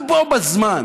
בו בזמן